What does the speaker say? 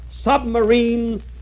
Submarine